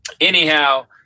Anyhow